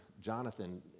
Jonathan